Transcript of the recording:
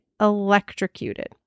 electrocuted